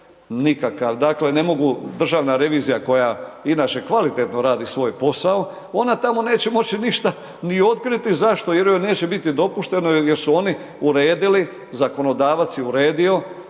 dakle ne mogu, Državna revizija koja inače kvalitetno radi svoj posao ona tamo neće moći ništa ni otkriti, zašto, jer joj neće biti dopušteno jer su oni uredili, zakonodavac je uredio